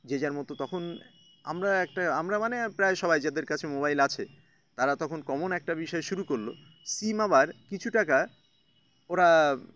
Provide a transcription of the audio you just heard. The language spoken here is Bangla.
যে যার মতো তখন আমরা একটা আমরা মানে প্রায় সবাই যাদের কাছে মোবাইল আছে তারা তখন কমন একটা বিষয় শুরু করলো সিম আবার কিছু টাকা ওরা